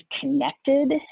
connected